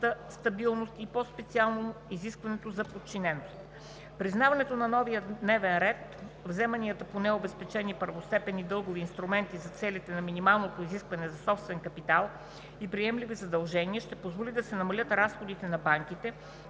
стабилност, и по-специално на изискването за подчиненост. Признаването на новия ред вземания по необезпечени първостепенни дългови инструменти за целите на минималното изискване за собствен капитал и приемливи задължения ще позволи да се намалят разходите на банките